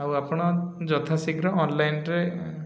ଆଉ ଆପଣ ଯଥାଶୀଘ୍ର ଅନଲାଇନ୍ରେ